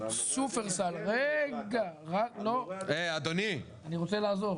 שופרסל --- אבל --- רגע, אני רוצה לעזור.